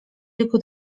jego